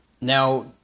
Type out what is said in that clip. Now